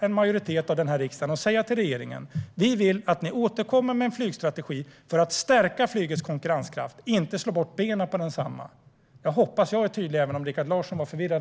En majoritet av riksdagen kommer att säga till regeringen: Vi vill att ni återkommer med en flygstrategi för att stärka flygets konkurrenskraft och inte slå undan benen på densamma. Herr talman! Jag hoppas att jag är tydlig även om Rikard Larsson var förvirrad.